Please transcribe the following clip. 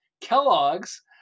Kellogg's